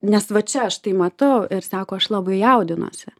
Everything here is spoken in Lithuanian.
nes va čia aš tai matau ir sako aš labai jaudinuosi